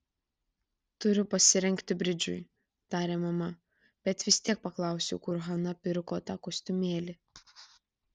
turiu pasirengti bridžui tarė mama bet vis tiek paklausiu kur hana pirko tą kostiumėlį